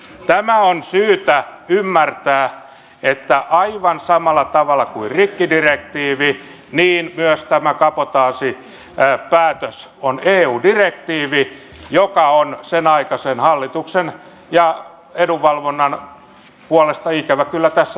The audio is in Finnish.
tämä on syytä ymmärtää että aivan samalla tavalla kuin rikkidirektiivi myös tämä kabotaasipäätös on eu direktiivi joka on senaikaisen hallituksen ja edunvalvonnan puolesta ikävä kyllä tässä muodossa hyväksytty